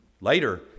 later